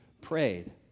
prayed